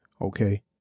Okay